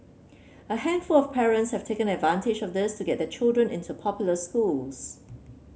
a handful of parents have taken advantage of this to get their children into popular schools